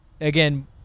again